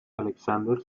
alexander